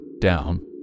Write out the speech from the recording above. down